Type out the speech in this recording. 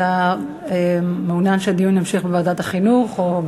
אתה מעוניין שהדיון יימשך בוועדת החינוך או במליאה?